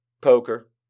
poker